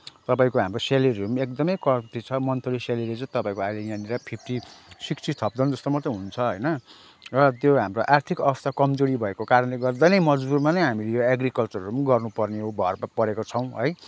तपाईँको हाम्रो स्यालेरीहरू पनि एकदमै कम्ती छ मन्थली स्यालेरी चाहिँ तपाईँको यहाँनिर फिफ्टी सिक्टी थाउजन्ड जस्तो मात्रै हुन्छ होइन र त्यो हाम्रो आर्थिक अवस्था कमजोरी भएको कारणले गर्दा नै मजबुरीमा नै हामीले यो एग्रिकल्चरहरू पनि गर्नपर्ने भर परेका छौँ है